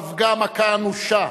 ספגה מכה אנושה